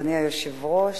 אדוני היושב-ראש,